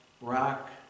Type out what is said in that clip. rock